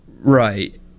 Right